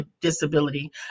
disability